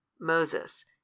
Moses